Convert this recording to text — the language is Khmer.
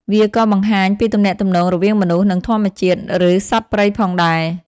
វាក៏បង្ហាញពីទំនាក់ទំនងរវាងមនុស្ស និងធម្មជាតិ ឬសត្វព្រៃផងដែរ។